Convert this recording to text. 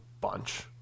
bunch